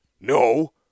No